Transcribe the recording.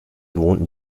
wohnten